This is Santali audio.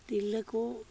ᱛᱤᱨᱞᱟᱹ ᱠᱚ